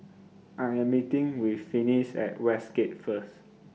I Am meeting with Finis At Westgate First